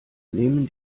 nehmen